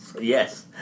Yes